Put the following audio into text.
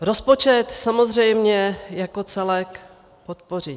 Rozpočet samozřejmě jako celek podpořím.